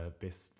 best